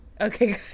okay